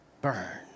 burn